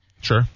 Sure